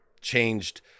changed